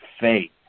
faith